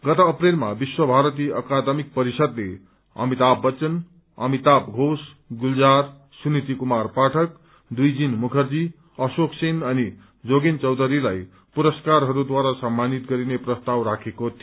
गत अप्रेलमा विश्वभारती अकादमिक परिषदले अमिताभ बच्चन अमिताभ घोष गुलजार सुनीति कुमार पाठक व्रिजिन मुखर्जी अशोक सेन अनि जोगेन चौधरीलाई पुरस्कारहरूद्वारा सम्मानित गरिने प्रस्ताव राखेको थियो